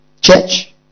Church